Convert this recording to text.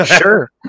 sure